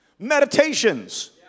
Meditations